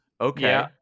Okay